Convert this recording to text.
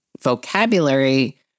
vocabulary